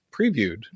previewed